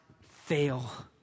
fail